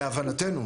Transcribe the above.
להבנתנו,